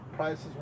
prices